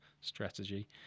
strategy